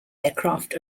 aircraft